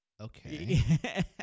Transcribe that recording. Okay